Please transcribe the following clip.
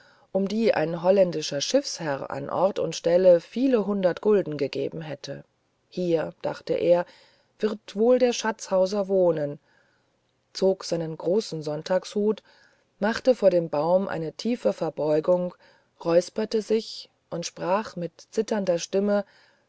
um die ein holländischer schiffsherr an ort und stelle viele hundert gulden gegeben hätte hier dachte er wird wohl der schatzhauser wohnen zog seinen großen sonntagshut machte vor dem baum eine tiefe verbeugung räusperte sich und sprach mit zitternder stimme